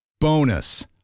Bonus